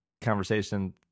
conversation